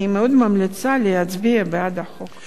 אני מאוד ממליצה להצביע בעד הצעת החוק.